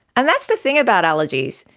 and that's the thing about allergies,